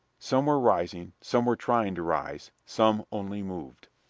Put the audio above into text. some were rising some were trying to rise some only moved.